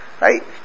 right